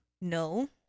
No